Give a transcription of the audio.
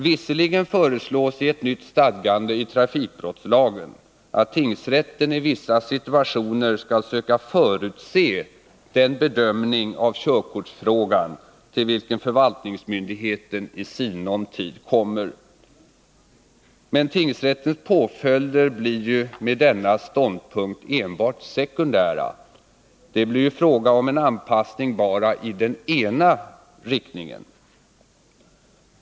Visserligen föreslås i ett nytt stadgande i trafikbrottslagen, att tingsrätten i vissa situationer skall söka förutse den bedömning av körkortsfrågan till vilken förvaltningsmyndigheten i sinom tid kommer. Men tingsrättens påföljder blir med denna ståndpunkt enbart sekundära — det blir ju fråga om en anpassning bara i den ena riktningen.